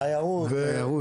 תיירות, תיירות.